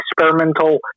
experimental